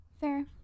Fair